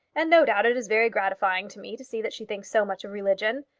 and no doubt it is very gratifying to me to see that she thinks so much of religion.